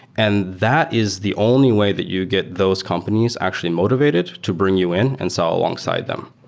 and that is the only way that you get those companies actually motivated to bring you in and sell alongside them.